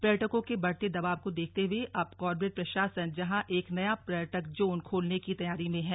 पर्यटकों के बढ़ते दबाब को देखते हुए अब कॉर्बेट प्रशासन यहां एक नया पर्यटक जोन खोलने की तैयारी में है